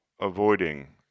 avoiding